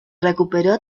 recuperó